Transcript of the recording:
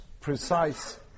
precise